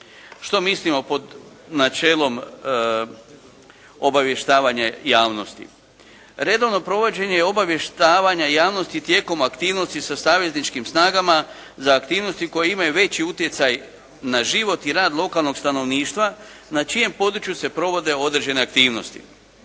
Što mislimo pod načelom obavještavanje javnosti? Redovno provođenje obavještavanja javnosti tijekom aktivnosti sa savezničkim snagama, za aktivnosti koje imaju veći utjecaj na život na rad lokalnog stanovništva na čijem području se provode određene aktivnosti